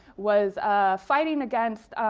was ah fighting against.